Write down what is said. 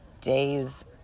days